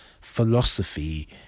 philosophy